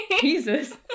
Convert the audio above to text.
Jesus